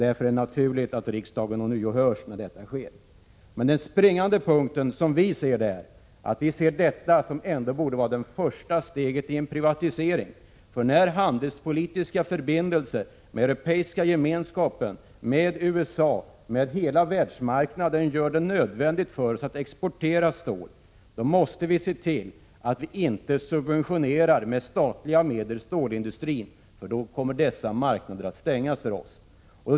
Det är därför naturligt att riksdagen ånyo hörs när detta sker. Den springande punkten, som vi moderater ser det, är att detta borde vara det första steget till en privatisering. Handelspolitiska förbindelser med Europeiska gemenskapen, USA och hela världsmarknaden gör det nödvändigt för oss att exportera stål. Vi måste se till att inte subventionera stålindustrin med statliga medel, för då kommer dessa marknader att stängas för oss.